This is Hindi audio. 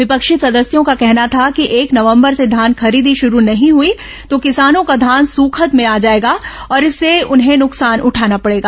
विपक्षी सदस्यों का कहना था कि एक नवंबर से धान खरीदी शुरू नहीं हुई तो किसानों का धान सूंखत में आ जाएगा और इससे उन्हें नुकसान उठाना पड़ेगा